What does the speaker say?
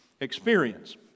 experience